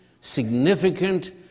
significant